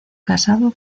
casado